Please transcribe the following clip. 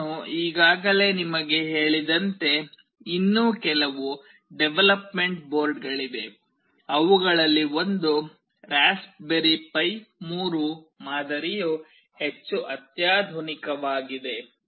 ನಾನು ಈಗಾಗಲೇ ನಿಮಗೆ ಹೇಳಿದಂತೆ ಇನ್ನೂ ಕೆಲವು ಡೆವಲಪ್ಮೆಂಟ್ ಬೋರ್ಡ್ಗಳಿವೆ ಅವುಗಳಲ್ಲಿ ಒಂದು ರಾಸ್ಪ್ಬೆರಿ ಪೈ 3 ಮಾದರಿಯು ಹೆಚ್ಚು ಅತ್ಯಾಧುನಿಕವಾಗಿದೆ